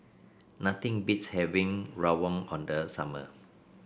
nothing beats having rawon the summer